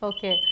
Okay